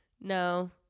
No